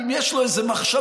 אם יש לו איזה מחשבות,